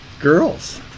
girls